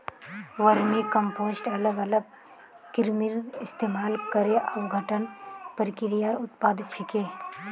vermicompost अलग अलग कृमिर इस्तमाल करे अपघटन प्रक्रियार उत्पाद छिके